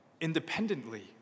independently